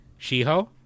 Shiho